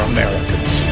Americans